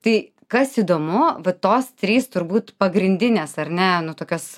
tai kas įdomu va tos trys turbūt pagrindinės ar ne nu tokios